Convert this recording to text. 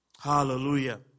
Hallelujah